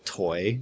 toy